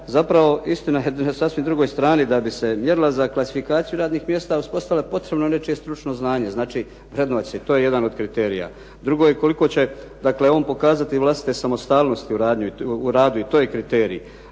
zapravo istina na sasvim drugoj strani da bi se mjerila za klasifikaciju radnog mjesta uspostavila potrebno je nečije stručno znanje. Znači, …/Govornik se ne razumije./… to je jedan od kriterija. Drugo je koliko će on pokazati vlastite samostalnosti u radu i to je kriterij,